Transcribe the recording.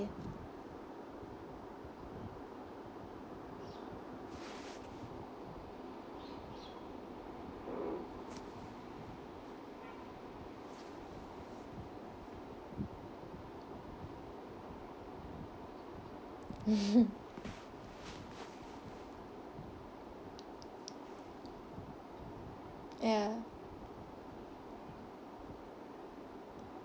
ya